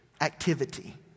activity